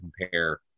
compare